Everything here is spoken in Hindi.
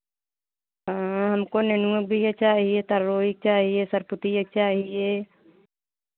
हाँ हमको नेनुआँ बीया चाहिये तरोई चाहिये सरपुतिया चाहिये